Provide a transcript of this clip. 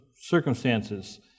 circumstances